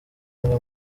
umwe